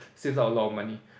saves up a lot of money